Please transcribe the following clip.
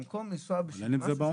במקום לנסוע בשביל משהו,